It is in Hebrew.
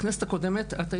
בכנסת הקודמת את,